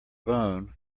bone